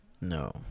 No